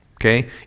okay